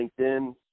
LinkedIn